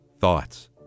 thoughts